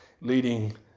leading